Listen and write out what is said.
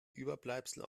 überbleibsel